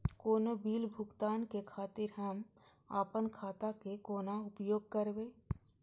कोनो बील भुगतान के खातिर हम आपन खाता के कोना उपयोग करबै?